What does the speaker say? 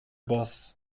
boss